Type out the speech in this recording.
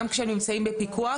גם כשהם נמצאים בפיקוח,